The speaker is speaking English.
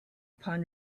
upon